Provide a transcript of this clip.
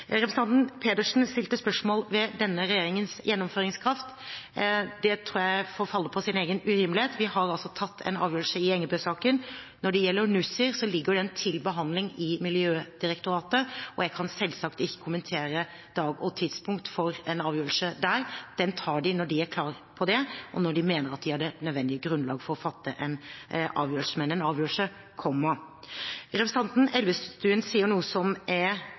Representanten Pedersen stilte spørsmål ved denne regjeringens gjennomføringskraft. Det tror jeg faller på sin egen urimelighet. Vi har tatt en avgjørelse i Engebø-saken. Når det gjelder Nussir, ligger den til behandling i Miljødirektoratet, og jeg kan selvsagt ikke kommentere dag og tidspunkt for en avgjørelse der. Den tar de når de er klar for det, og når de mener at de har det nødvendige grunnlag for å fatte en avgjørelse. Men en avgjørelse kommer. Representanten Elvestuen sier noe som